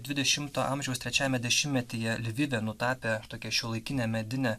dvidešimto amžiaus trečiajame dešimtmetyje lvive nutapė tokią šiuolaikinę medinę